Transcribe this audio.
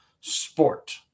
sport